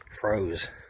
froze